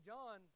John